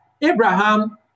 Abraham